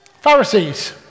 Pharisees